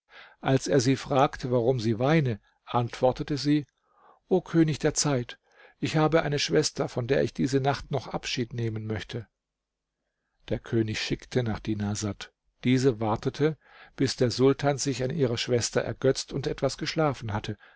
als er sie fragte warum sie weine antwortete sie o könig der zeit ich habe eine schwester von der ich diese nacht noch abschied nehmen möchte der könig schickte nach dinarsad diese wartete bis der sultan sich an ihrer schwester ergötzt und etwas geschlafen hatte